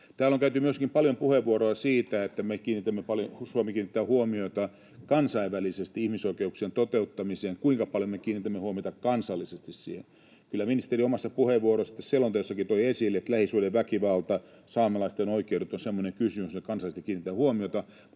Täällä on käytetty myöskin paljon puheenvuoroja siitä, että kun Suomi kiinnittää huomiota kansainvälisesti ihmisoikeuksien toteuttamiseen, niin kuinka paljon me kiinnitämme siihen huomiota kansallisesti. Kyllä ministeri tätä selontekoa koskevassa omassa puheenvuorossaan toi esille, että lähisuhdeväkivalta, saamelaisten oikeudet ovat semmoisia kysymyksiä, joihin kansallisesti kiinnitetään huomiota.